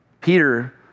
Peter